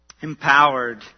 Empowered